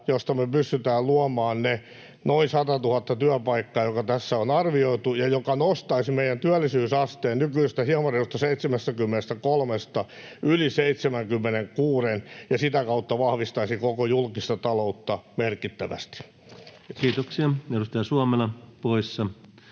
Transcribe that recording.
josta me pystytään luomaan ne noin 100 000 työpaikkaa, jotka tässä on arvioitu ja jotka nostaisivat meidän työllisyysasteen nykyisestä hieman reilusta 73:sta yli 76:n ja sitä kautta vahvistaisivat merkittävästi koko julkista taloutta. Kiitoksia. — Edustaja Suomela poissa,